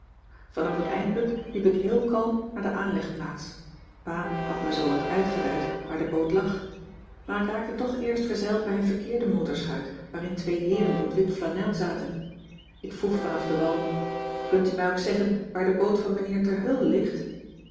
vanaf het eindpunt liep ik heel kalm naar de aanlegplaats pa had me zoowat uitgeduid waar de boot lag maar ik raakte toch eerst verzeild bij een verkeerde motorschuit waarin twee heeren in t wit flanel zaten ik vroeg vanaf de wal kunt u mij ook zeggen waar de boot van mijnheer ter heul ligt